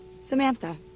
Samantha